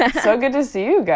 ah so good to see yeah